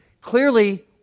Clearly